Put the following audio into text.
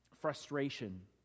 frustration